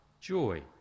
joy